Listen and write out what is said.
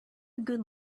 good